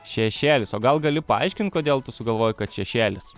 šešėlis o gal gali paaiškint kodėl tu sugalvojai kad šešėlis